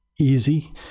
Easy